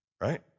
right